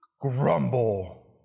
grumble